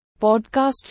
podcast